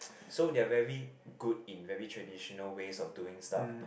so they are very good in very traditional ways of doing stuff